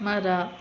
ಮರ